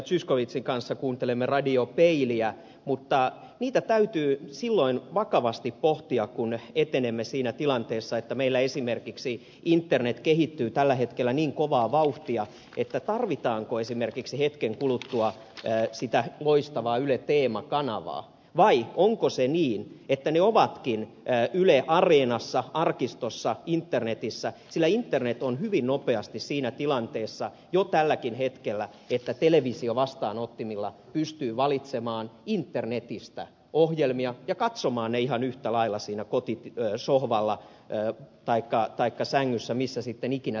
zyskowiczin kanssa kuuntelemme radio peiliä mutta silloin täytyy vakavasti pohtia kun etenemme siinä tilanteessa että meillä esimerkiksi internet kehittyy tällä hetkellä niin kovaa vauhtia tarvitaanko esimerkiksi hetken kuluttua sitä loistavaa yle teema kanavaa vai onko se niin että ne ovatkin yle areenassa arkistossa internetissä sillä internet on hyvin nopeasti siinä tilanteessa jo tälläkin hetkellä että televisiovastaanottimilla pystyy valitsemaan internetistä ohjelmia ja katsomaan ne ihan yhtä lailla siinä kotisohvalla taikka sängyssä missä sitten ikinä tvtä haluaakin katsoa